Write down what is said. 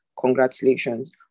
Congratulations